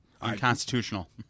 unconstitutional